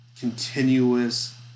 Continuous